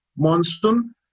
monsoon